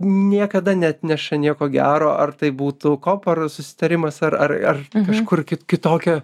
niekada neatneša nieko gero ar tai būtų kopo ar susitarimas ar ar kažkur kit kitokia